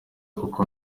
kuko